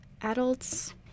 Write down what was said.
adults